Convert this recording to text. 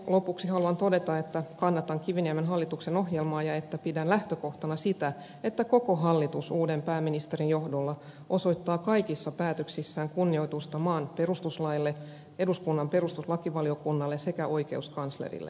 lopuksi haluan todeta että kannatan kiviniemen hallituksen ohjelmaa ja pidän lähtökohtana sitä että koko hallitus uuden pääministerin johdolla osoittaa kaikissa päätöksissään kunnioitusta maan perustuslaille eduskunnan perustuslakivaliokunnalle sekä oikeuskanslerille